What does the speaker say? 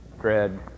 dread